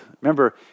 Remember